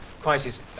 crisis